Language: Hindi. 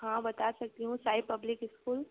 हाँ बता सकती हूँ साई पब्लिक इस्कूल